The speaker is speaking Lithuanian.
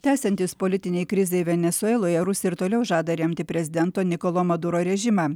tęsiantis politinei krizei venesueloje rusija ir toliau žada remti prezidento nikolo maduro rėžimą